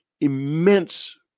immense